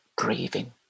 breathing